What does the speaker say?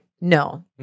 No